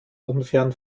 unfairen